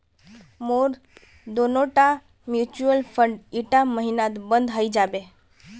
मोर दोनोटा mutual fund ईटा महिनात बंद हइ जाबे